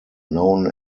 known